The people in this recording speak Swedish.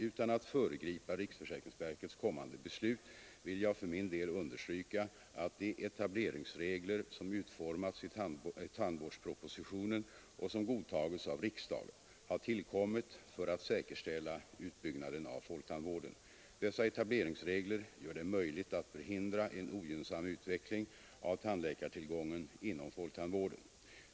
Utan att föregripa riksförsäkringsverkets kommande beslut vill jag för min del understryka, att de etableringsregler som utformats i tandvårdspropositionen och som godtagits av riksdagen har tillkommit för att säkerställa utbyggnaden av folktandvården. Dessa 157 att tillförsäkra folktandvården ett tillräckligt antal tandläkare etableringsregler gör det möjligt att förhindra en ogynnsam utveckling av tandläkartillgången inom folktandvården.